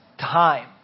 time